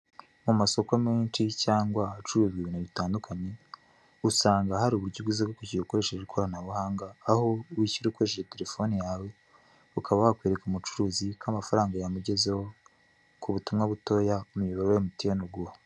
Amasoko menshi cyangwa acuruza ibintu bitandukanye, usanga hari uburyo bwiza bwo kwishyura ukoresheje ikoranabuhanga aho wishyura ukoresheje telefoni yawe, ukaba wakwereka umucuruzi ko amafaranga yamugezeho kubutumwa butoya umuyoboro wa emutiyeni uguha.